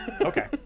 Okay